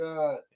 God